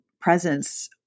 presence